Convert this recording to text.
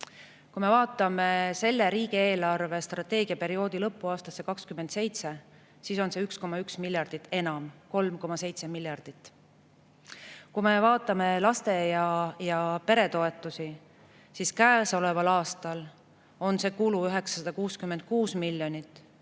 Kui me vaatame selle riigi eelarvestrateegia perioodi lõppu, aastasse 2027, siis [selleks ajaks] on see 1,1 miljardit enam – 3,7 miljardit. Kui me vaatame laste- ja peretoetusi, siis käesoleval aastal on nende kulu 966 miljonit